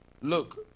look